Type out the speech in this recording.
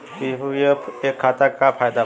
PPF खाता के का फायदा बा?